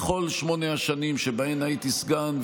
בכל שמונה השנים שבהן הייתי סגן,